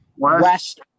West